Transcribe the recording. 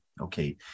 okay